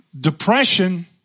Depression